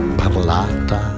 parlata